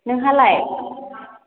नोंहालाय